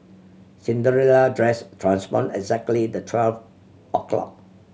Cinderella dress transformed exactly the twelve o'clock